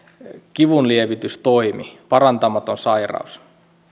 kivunlievitys toimi parantumaton sairaus